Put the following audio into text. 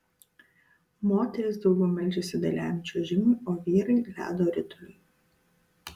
moterys daugiau meldžiasi dailiajam čiuožimui o vyrai ledo rituliui